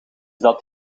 dat